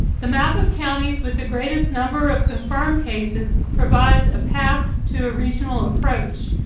the map of counties with the greatest number of confirmed cases provides a path to a regional approach.